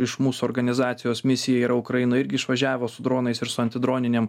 iš mūsų organizacijos misija yra į ukrainą irgi išvažiavo su dronais ir su antidroninėm